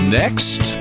next